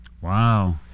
Wow